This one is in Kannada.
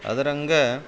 ಅದರಂಗೆ